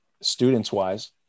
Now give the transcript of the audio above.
students-wise